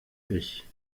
ich